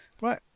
right